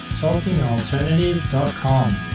talkingalternative.com